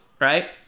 right